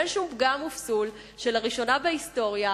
אין שום פגם ופסול בכך שלראשונה בהיסטוריה